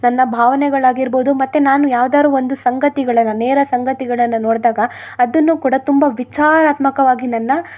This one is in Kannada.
ನನ್ನ ಭಾವನೆಗಳು ಆಗಿರ್ಬೌದು ಮತ್ತು ನಾನು ಯಾವ್ದಾರು ಒಂದು ಸಂಗತಿಗಳನ್ನು ನೇರ ಸಂಗತಿಗಳನ್ನು ನೋಡ್ದಾಗ ಅದನ್ನು ಕೂಡ ತುಂಬ ವಿಚಾರಾತ್ಮಕವಾಗಿ ನನ್ನ